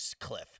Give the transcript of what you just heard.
cliff